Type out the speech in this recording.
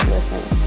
Listen